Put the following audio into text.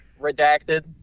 redacted